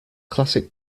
classic